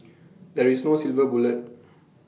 there is no silver bullet